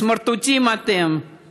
סמרטוטים אתם.